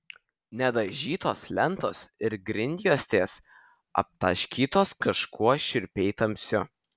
nedažytos lentos ir grindjuostės aptaškytos kažkuo šiurpiai tamsiu